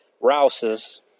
Rouse's